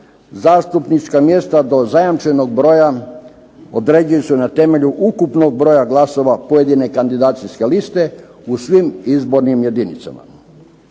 zastupnička mjesta do zajamčenog broja određuju se na temelju ukupnog broja glasova pojedine kandidacijske liste u svim izbornim jedinicama.